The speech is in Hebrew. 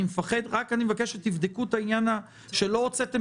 אני רק מבקש שתבדקו את העניין שלא הוצאתם